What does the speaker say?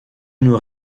nous